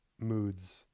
moods